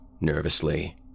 nervously